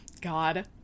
God